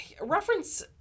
reference